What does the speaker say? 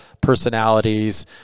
personalities